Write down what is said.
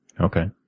Okay